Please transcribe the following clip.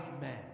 men